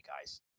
guys